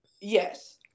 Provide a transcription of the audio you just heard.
Yes